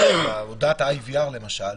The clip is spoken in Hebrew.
בהודעת ה-IVR למשל,